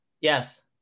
Yes